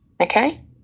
Okay